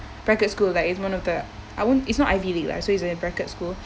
bracket school like it's one of the I won't it's not ivy league lah so it's a bracket school